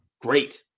great